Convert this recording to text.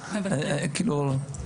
בסדר.